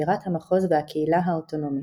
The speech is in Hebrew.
בירת המחוז והקהילה האוטונומית.